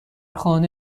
خانه